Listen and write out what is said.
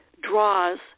draws